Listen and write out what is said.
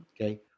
okay